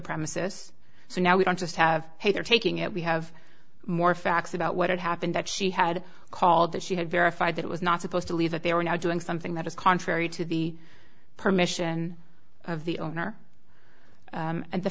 premises so now we don't just have hey they're taking it we have more facts about what happened that she had called that she had verified that it was not supposed to leave that they were not doing something that was contrary to the permission of the owner